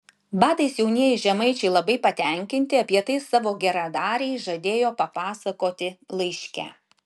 batais jaunieji žemaičiai labai patenkinti apie tai savo geradarei žadėjo papasakoti laiške